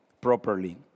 properly